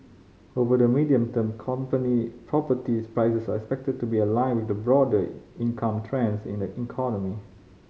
over the medium term company properties expected to be aligned with the broader income trends in the economy